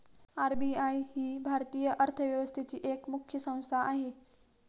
RBI ही भारतीय अर्थव्यवस्थेची एक मुख्य संस्था आहे